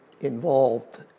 involved